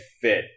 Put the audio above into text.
fit